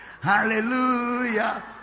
hallelujah